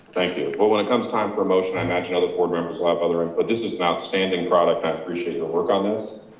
thank you. but when it comes time for promotion, i imagine other board members will have other, and but this is an outstanding product. i appreciate your work on this.